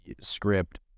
script